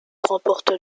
remportent